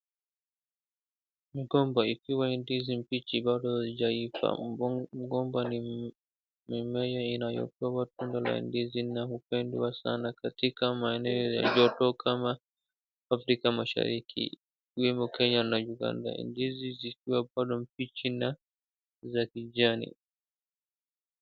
Mgomba ikiwa ndizi mbichi bado hazijaiva. Mgomba ni mimea inayotoa tunda la ndizi na hupendwa sana katika maeneo ya joto kama Afrika mashariki, kwa hivo Kenya na Uganda. Ndizi zikiwa bado mbichi na za kijani.